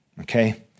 Okay